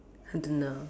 I don't know